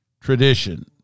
tradition